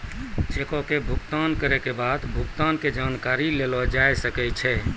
चेको से भुगतान करै के बाद भुगतान के जानकारी लेलो जाय सकै छै